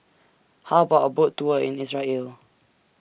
How about A Boat Tour in Israel